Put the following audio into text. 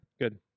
good